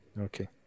Okay